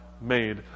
made